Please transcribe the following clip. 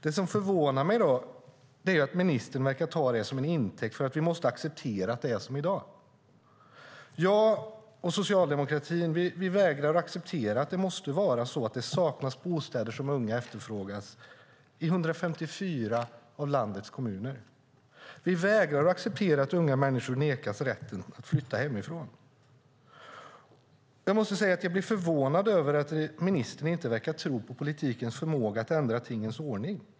Det som förvånar mig är att ministern verkar ta det till intäkt för att vi måste acceptera att det är som det är i dag. Jag och socialdemokratin vägrar att acceptera att det måste vara så att det saknas bostäder som unga efterfrågar i 154 av landets kommuner. Vi vägrar att acceptera att unga människor nekas rätten att flytta hemifrån. Jag måste säga att jag blir förvånad över att ministern inte verkar tro på politikens förmåga att ändra tingens ordning.